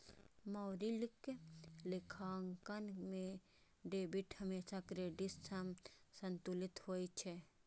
मौलिक लेखांकन मे डेबिट हमेशा क्रेडिट सं संतुलित होइ छै